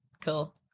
Cool